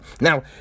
Now